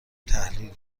تحلیل